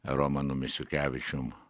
romanu misiukevičium